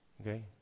Okay